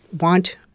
want